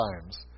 times